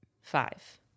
Five